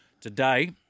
Today